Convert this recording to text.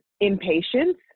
impatience